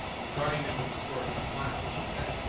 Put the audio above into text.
regarding them with a scornful smile, said,